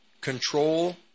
control